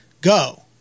go